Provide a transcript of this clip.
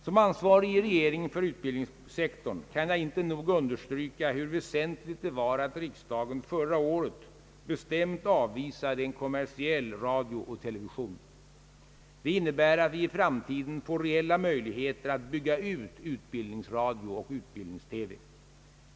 Som ansvarig i regeringen för utbildningssektorn kan jag inte nog understryka hur väsentligt det var att riksdagen förra året bestämt avvisade en kommersiell radio och television. Det innebär att vi i framtiden får reella möjligheter att bygga ut en utbildningsradio och en utbildnings-TV.